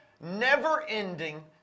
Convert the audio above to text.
never-ending